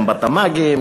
גם בתמ"גים,